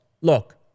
look